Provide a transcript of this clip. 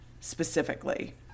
specifically